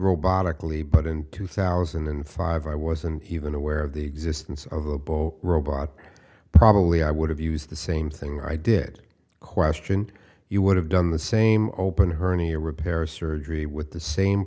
robotically but in two thousand and five i wasn't even aware of the existence of a bull robot probably i would have used the same thing i did question you would have done the same open hernia repair surgery with the same